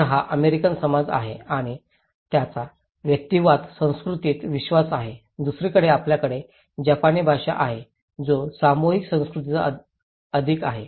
तर हा अमेरिकन समाज आहे आणि त्यांचा व्यक्तिवादी संस्कृतीत विश्वास आहे दुसरीकडे आपल्याकडे जपानी समाज आहे जो सामूहिक संस्कृतीत अधिक आहे